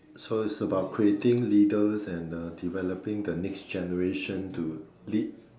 so it's about creating leaders and uh developing the next generation to lead